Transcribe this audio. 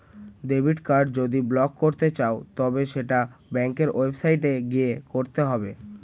debit card যদি block করতে চাও তবে সেটা ব্যাঙ্কের ওয়েবসাইটে গিয়ে করতে হবে